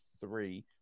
three